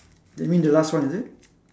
that mean the last one is it